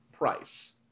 price